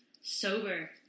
sober